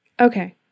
okay